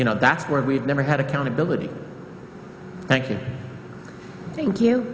you know that's where we've never had accountability thank you thank you